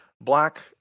black